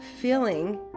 feeling